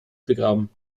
begraben